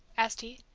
asked he.